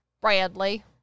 Bradley